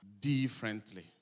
differently